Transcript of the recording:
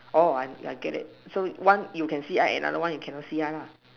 oh I'm I get it so one you can see eye another one you cannot see eye lah